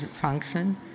function